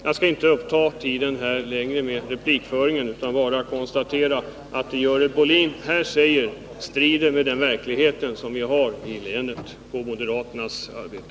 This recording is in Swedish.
Jag skall inte ta mer tid i anspråk för repliken utan bara konstatera att vad Görel Bohlin här har sagt strider mot verkligheten i länet när det gäller moderaternas arbete.